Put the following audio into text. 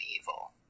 evil